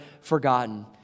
forgotten